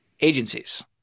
agencies